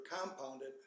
compounded